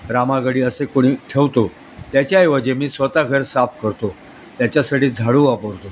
रामागडी असे कोणी ठेवतो त्याच्याऐवजी मी स्वत घर साफ करतो त्याच्यासाठी झाडू वापरतो